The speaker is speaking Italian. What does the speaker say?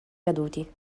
caduti